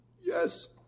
yes